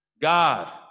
God